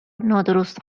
نادرست